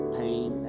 pain